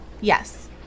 Yes